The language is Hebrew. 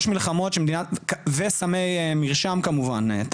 וסמי מרשם כמובן,